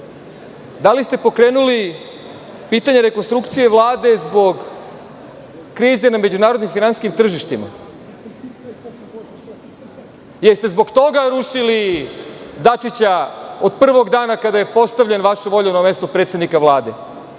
Da li ste pokrenuli pitanje rekonstrukcije Vlade zbog krize na međunarodnim finansijskim tržištima? Da li ste zbog toga rušili Dačića, od prvog dana kada je postavljen vašom voljom na mesto predsednika Vlade,